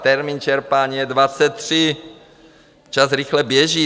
Termín čerpání je 23, čas rychle běží.